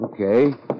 okay